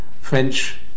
French